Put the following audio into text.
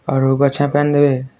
ଆରୁ ଗଛେଁ ପାଣି ଦେବେ